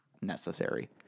necessary